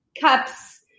cups